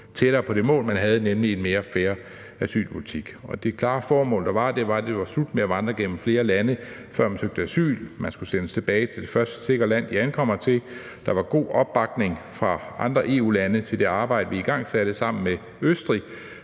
tættere på det mål, man havde, nemlig en mere fair asylpolitik. Og det klare formål var, at det var slut med at vandre igennem flere lande, før man søgte asyl. Man skulle sendes tilbage til det første sikre land, man ankommer til. Der var god opbakning fra andre EU-lande til det arbejde, vi igangsatte sammen med Østrig,